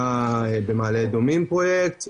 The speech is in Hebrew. היה במעלה אדומים פרוייקט,